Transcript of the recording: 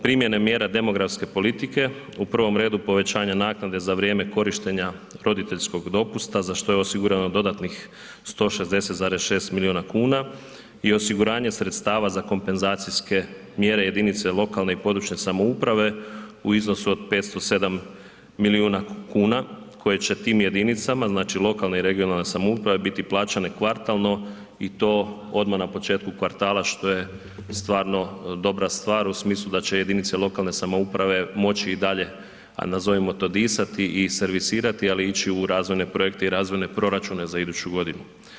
Primjene mjera demografske politike u prvom redu povećanje naknade za vrijeme korištenja roditeljskog dopusta za što je osigurano dodatnih 160,6 milijuna kuna i osiguranje sredstava za kompenzacijske mjere jedinice lokalne i područne samouprave u iznosu od 507 milijuna kuna koje će tim jedinicama lokalne i regionalne samouprave biti plaćane kvartalno i to odmah na početku kvartala što je stvarno dobra stvar u smislu da će jedinice lokalne samouprave moći i dalje nazovimo to disati i servisirati, ali ići u razvojne projekte i razvojne proračune za iduću godinu.